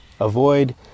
avoid